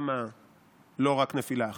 למה לא רק נפילה אחת?